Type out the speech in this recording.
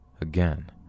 again